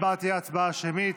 ההצבעה תהיה הצבעה שמית,